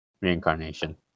reincarnation